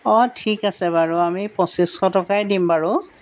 অঁ ঠিক আছে বাৰু আমি পঁচিছশ টকাই দিম বাৰু